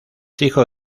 hijo